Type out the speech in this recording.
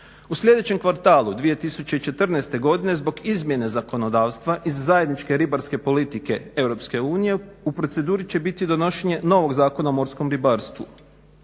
U sljedećem kvartalu 2014. godine zbog izmjene zakonodavstva iz zajedničke ribarske politike EU u proceduri će biti donošenje novog Zakona o morskom ribarstvu.